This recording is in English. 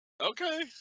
okay